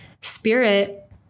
spirit